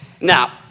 Now